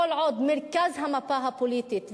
כל עוד מרכז המפה הפוליטית,